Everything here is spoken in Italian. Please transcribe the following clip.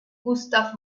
gustav